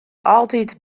altyd